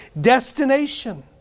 Destination